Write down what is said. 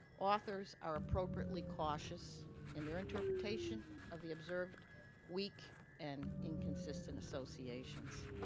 authors are appropriately cautious in their interpretation of the observed weak and inconsistent associations.